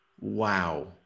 Wow